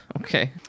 okay